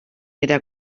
era